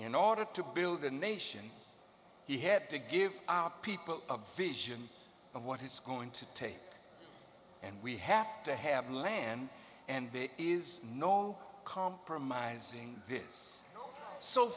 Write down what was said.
in order to build a nation he had to give people a vision of what is going to take and we have to have land and there is no compromising